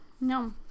No